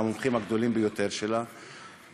מהמומחים הגדולים ביותר שלהם,